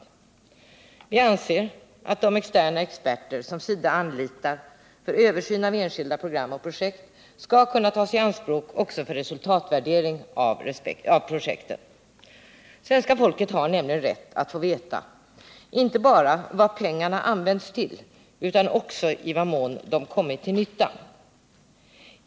Nr 135 Vi anser att de externa experter som SIDA anlitar för översyn av enskilda Onsdagen den program och projekt skall kunna tas i anspråk också för resultatvärdering av 2 maj 1979 projekten. Svenska folket har nämligen rätt att få veta inte bara vad pengarna använts till utan också i vad mån de kommit till nytta.